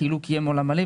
כאילו קיים עולם מלא.